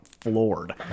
floored